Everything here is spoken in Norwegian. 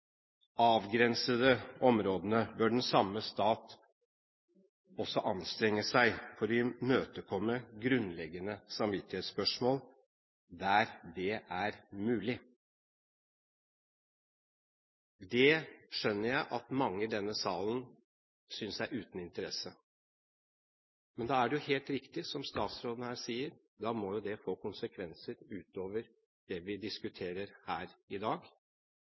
avgrensede områdene, bør den samme stat også anstrenge seg for å imøtekomme grunnleggende samvittighetsspørsmål der det er mulig. Det skjønner jeg at mange i denne salen synes er uten interesse. Men da er det helt riktig, som statsråden her sier, at det må få konsekvenser utover det vi diskuterer her i dag.